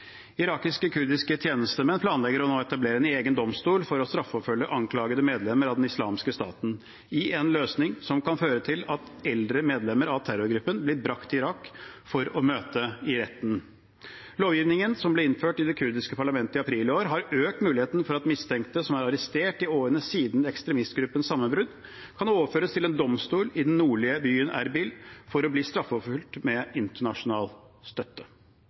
Irakiske og kurdiske tjenestemenn planlegger nå å etablere en egen domstol for å straffeforfølge anklagede medlemmer av den islamske staten i en løsning som kan føre til at eldre medlemmer av terrorgruppen blir brakt til Irak for å møte i retten. Lovgivningen som ble innført i det kurdiske parlamentet i april i år, har økt muligheten for at mistenkte som er arrestert i årene siden ekstremistgruppens sammenbrudd, kan overføres til en domstol i den nordlige byen Erbil for å bli straffeforfulgt med internasjonal støtte.